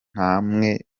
namwe